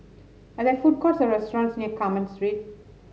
are there food courts or restaurants near Carmen Street